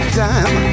time